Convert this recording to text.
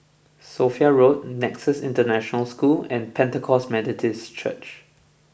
Sophia Road Nexus International School and Pentecost Methodist Church